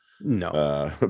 No